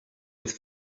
with